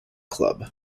club